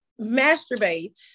masturbates